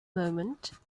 moment